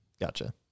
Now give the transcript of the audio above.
Gotcha